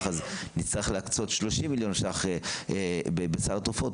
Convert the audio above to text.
אז נצטרך להקצות 30 מיליון שקלים בסל התרופות,